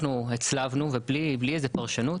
הצלבנו ובלי איזו פרשנות